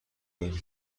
این